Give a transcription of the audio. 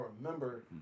remember